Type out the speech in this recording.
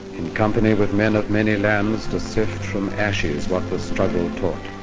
in company with men of many lands to sift from ashes what the struggle taught.